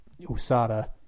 USADA